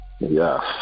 Yes